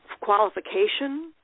qualification